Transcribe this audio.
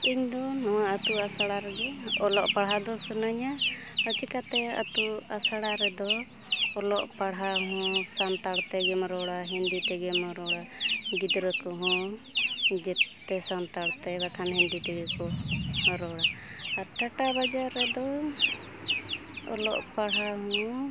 ᱤᱧ ᱫᱚ ᱱᱚᱣᱟ ᱟᱛᱳ ᱟᱥᱲᱟ ᱨᱮᱜᱮ ᱚᱞᱚᱜ ᱯᱟᱲᱦᱟᱣ ᱫᱚ ᱥᱟᱹᱱᱟᱹᱧᱟ ᱪᱤᱠᱟᱹᱛᱮ ᱟᱛᱳ ᱟᱥᱲᱟ ᱨᱮᱫᱚ ᱚᱞᱚᱜ ᱯᱟᱲᱦᱟᱣ ᱦᱚᱸ ᱥᱟᱱᱛᱟᱲ ᱛᱮᱜᱮᱢ ᱨᱚᱲᱟ ᱦᱤᱱᱫᱤ ᱛᱮᱜᱮᱢ ᱨᱚᱲᱟ ᱜᱤᱫᱽᱨᱟᱹ ᱠᱚᱦᱚᱸ ᱡᱚᱛᱚ ᱥᱟᱱᱛᱟᱲ ᱛᱮ ᱵᱟᱠᱷᱟᱱ ᱦᱤᱱᱫᱤ ᱛᱮᱜᱮ ᱠᱚ ᱨᱚᱲᱟ ᱟᱨ ᱴᱟᱴᱟ ᱵᱟᱡᱟᱨ ᱨᱮᱫᱚ ᱚᱞᱚᱜ ᱯᱟᱲᱦᱟᱣ ᱦᱚᱸ